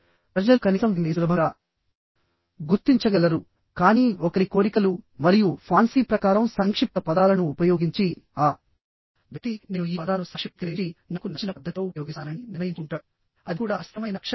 ప్రజలు కనీసం దీన్ని సులభంగా గుర్తించగలరు కానీ ఒకరి కోరికలు మరియు ఫాన్సీ ప్రకారం సంక్షిప్త పదాలను ఉపయోగించి ఆ వ్యక్తి నేను ఈ పదాలను సంక్షిప్తీకరించి నాకు నచ్చిన పద్ధతిలో ఉపయోగిస్తానని నిర్ణయించుకుంటాడుఅది కూడా అస్థిరమైన అక్షరక్రమాలతో